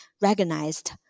recognized